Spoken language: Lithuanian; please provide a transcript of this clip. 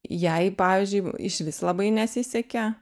jai pavyzdžiui išvis labai nesisekė